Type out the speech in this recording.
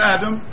Adam